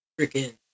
freaking